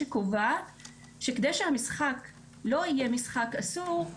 שקובעת שכדי שהמשחק לא יהיה משחק אסור,